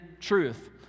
truth